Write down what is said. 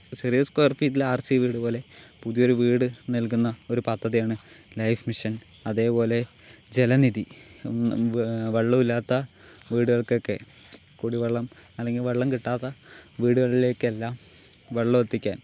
ചെറിയ സ്ക്വയർ ഫീറ്റിൽ ആർസി വീട് പോലെ പുതിയൊരു വീട് നൽകുന്ന ഒരു പദ്ധതിയാണ് ലൈഫ് മിഷൻ അതേപോലെ ജലനിധി വെള്ളം ഇല്ലാത്ത വീടുകൾക്കൊക്കെ കുടിവെള്ളം അല്ലെങ്കിൽ വെള്ളം കിട്ടാത്ത വീടുകളിലേക്കെല്ലാം വെള്ളം എത്തിക്കാൻ